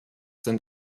sind